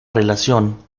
relación